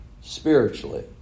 spiritually